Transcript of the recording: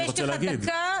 אז יש לך דקה,